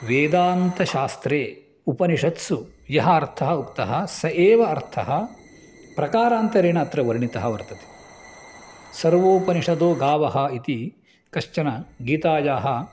वेदान्तशास्त्रे उपनिषत्सु यः अर्थः उक्तः स एव अर्थः प्रकारान्तरेण अत्र वर्णितः वर्तते सर्वोपनिषदो गावः इति कश्चन गीतायाः